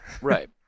Right